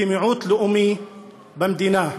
כמיעוט לאומי במדינה.